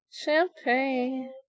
Champagne